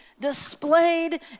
displayed